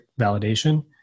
validation